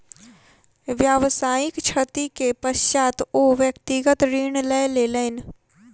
व्यावसायिक क्षति के पश्चात ओ व्यक्तिगत ऋण लय लेलैन